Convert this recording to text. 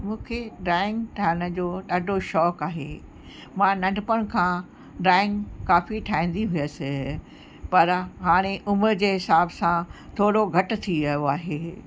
मूंखे ड्रॉइंग ठाहिण जो ॾाढो शौक़ु आहे मां नंढपण खां ड्रॉइंग काफ़ी ठाहींदी हुअसि पर हाणे उमिरि जे हिसाब सां थोरो घटि थी वियो आहे